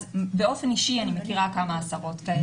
באופן אישי אני מכירה כמה עשרות כאלה.